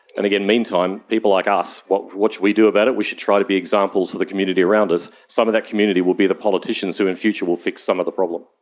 and again, meantime, people like us, what what should we do about it? we should try to be examples to the community around us. some of that community will be the politicians who in future will fix some of the problem.